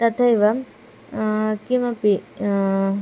तथैव किमपि